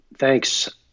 Thanks